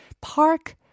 park